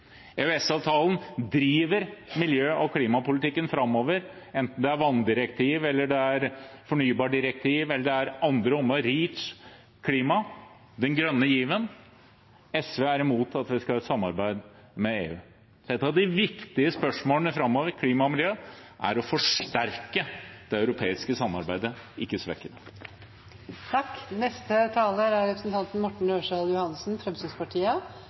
driver miljø- og klimapolitikken framover, enten det er vanndirektiv eller det er fornybardirektiv eller det er andre områder, som Reach, klima, den grønne given. SV er imot at vi skal ha et samarbeid med EU. Et av de viktige spørsmålene framover når det gjelder klima og miljø, er å forsterke det europeiske samarbeidet, ikke